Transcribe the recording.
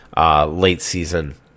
late-season